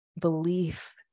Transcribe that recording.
belief